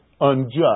unjust